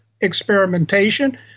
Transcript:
Experimentation